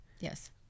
Yes